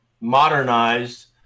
modernized